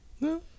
No